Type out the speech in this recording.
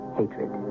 hatred